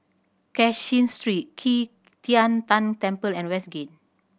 Cashin Street Qi Tian Tan Temple and Westgate